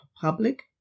public